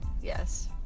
Yes